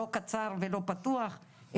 לא קצר ולא פתוח,